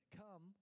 come